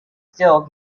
still